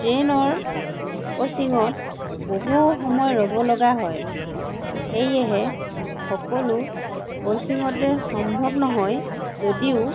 ট্ৰেনৰ ক্ৰছিঙত বহু সময় ৰব লগা হয় সেয়েহে সকলো ক্ৰছিঙতে সম্ভৱ নহয় যদিও